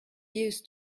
used